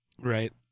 right